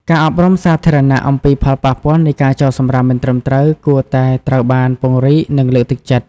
ការអប់រំសាធារណៈអំពីផលប៉ះពាល់នៃការចោលសំរាមមិនត្រឹមត្រូវ គួរតែត្រូវបានពង្រីក និងលើកទឹកចិត្ត។